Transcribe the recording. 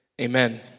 amen